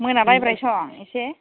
मोनालायबायसं एसे